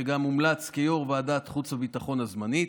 שגם מומלץ כיו"ר ועדת חוץ וביטחון הזמנית,